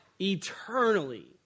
eternally